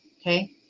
okay